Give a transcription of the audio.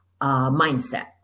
mindset